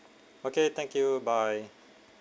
okay thank you bye